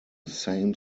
same